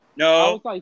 No